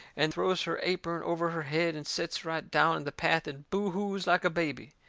and throws her apern over her head and sets right down in the path and boo-hoos like a baby.